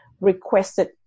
requested